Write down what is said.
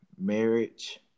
marriage